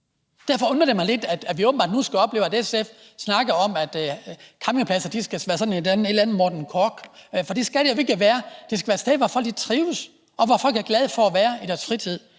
Derfor undrer det mig lidt, at vi åbenbart nu skal opleve SF snakke om, at en campingplads skal være sådan et eller andet Morten Korch-agtigt, for det skal det jo ikke være; det skal være et sted, hvor folk trives, og hvor folk er glade for at være i deres fritid.